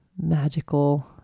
magical